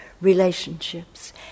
relationships